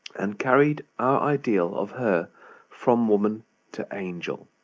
and carried our idea of her from woman to angel.